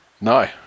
No